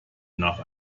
nach